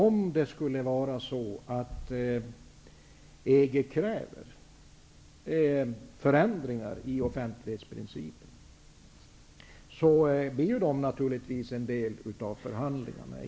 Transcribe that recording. Om det skulle vara så att EG kräver förändringar i offentlighetsprincipen, blir det naturligtvis en del av förhandlingarna.